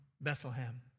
Bethlehem